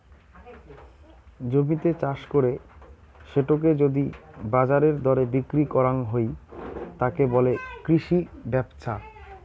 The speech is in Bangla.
জমিতে চাষ করে সেটোকে যদি বাজারের দরে বিক্রি করাং হই, তাকে বলে কৃষি ব্যপছা